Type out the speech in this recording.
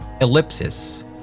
ELLIPSIS